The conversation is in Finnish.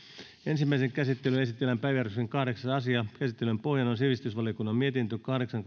ensimmäiseen käsittelyyn esitellään päiväjärjestyksen kahdeksas asia käsittelyn pohjana on sivistysvaliokunnan mietintö kahdeksan